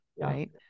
Right